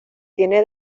tiene